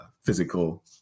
physical